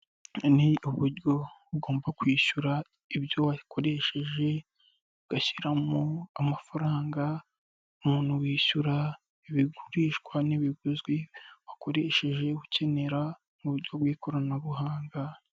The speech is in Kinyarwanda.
Ni uburyo ugomba kwishyura ibyo wakoresheje, ugashyiramo amafaranga, umuntu wishyura, ibigurishwa n'ibiguzwi wakoresheje ukenera, mu buryo bw'ikoranabuhanga.